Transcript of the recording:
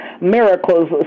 miracles